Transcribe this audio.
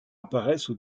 apparaissent